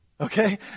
okay